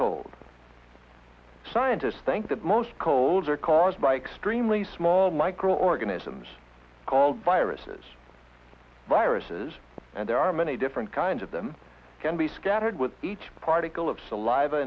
cold scientists think that most colds are caused by kes tree mli small microorganisms called viruses viruses and there are many different kinds of them can be scattered with each particle of saliva